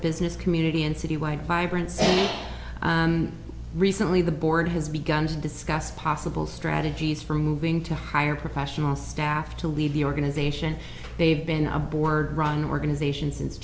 business community and city wide vibrant recently the board has begun to discuss possible strategies for moving to hire professional staff to lead the organization they've been a board run organization since